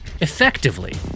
effectively